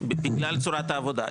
בגלל צורת העבודה.